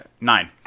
nine